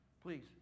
Please